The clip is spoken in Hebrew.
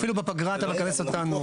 אפילו בפגרה אתה מכנס אותו.